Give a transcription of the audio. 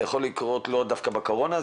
זה יכול לקרות לאו דווקא בקורונה.